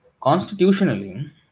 Constitutionally